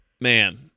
Man